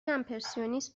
امپرسیونیست